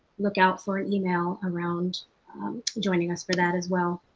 look out for an email around joining us for that as well.